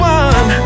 one